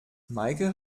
meike